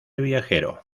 viajero